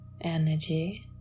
energy